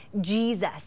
Jesus